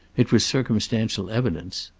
it was circumstantial evidence.